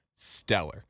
Stellar